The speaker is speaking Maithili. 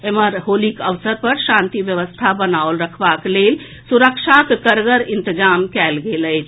एम्हर होलीक अवसर पर शांति व्यवस्था बनाओल रखबाक लेल सुरक्षाक कड़गर इंतजाम कयल गेल अछि